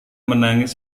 menangis